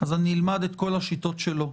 אז אני אלמד את כל השיטות שלו.